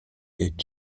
est